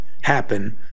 happen